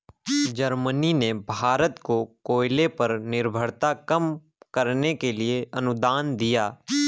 Germany ने भारत को कोयले पर निर्भरता कम करने के लिए अनुदान दिया